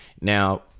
Now